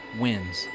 wins